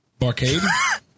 Barcade